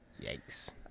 Yikes